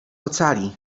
ocali